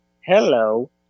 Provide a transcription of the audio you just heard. hello